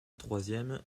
troisième